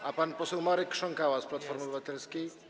A jest pan poseł Marek Krząkała z Platformy Obywatelskiej?